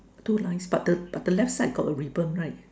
two lines but the but the left side got ribbon right